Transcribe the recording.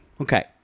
Okay